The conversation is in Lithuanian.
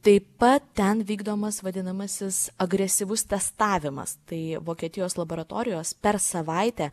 taip pat ten vykdomas vadinamasis agresyvus testavimas tai vokietijos laboratorijos per savaitę